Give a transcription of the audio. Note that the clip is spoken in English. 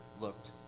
looked